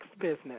business